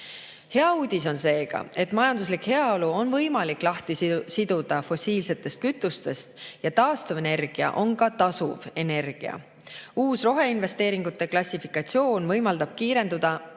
uudis on seega, et majanduslik heaolu on võimalik lahti siduda fossiilsetest kütustest ja et taastuvenergia on ka tasuv energia. Uus roheinvesteeringute klassifikatsioon võimaldab kiirendada